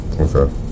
Okay